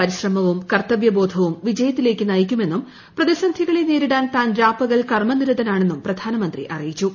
പരിശ്രമവും കർത്തവ്യബോധവും വിജയത്തിലേക്ക് നയിക്കുമെന്നും പ്രതിസന്ധികളെ നേരിടാൻ താൻ രാപ്പകൽ കർമ്മനിരതനാണെന്നും പ്രധാനമന്ത്രി അറിയിച്ചു